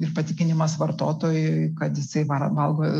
ir patikinimas vartotojui kad jisai va valgo